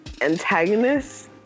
antagonist